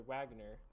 Wagner